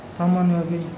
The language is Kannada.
ಸಾಮಾನ್ಯವಾಗಿ